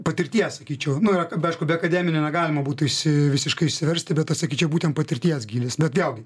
patirties sakyčiau nu ir ką aišku be akademinio negalima būtų išsi visiškai išsiversti bet aš sakyčiau būtent patirties gylis be vėl gi